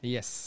Yes